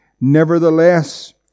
Nevertheless